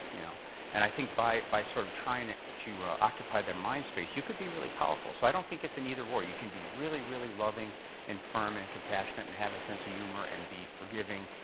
you know and i think by by sort of trying to occupy their mind space, you could be really powerful. so i don't think it's an either-or. you could be really, really loving and firm and compassionate and have a sense of humor and be forgiving,